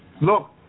Look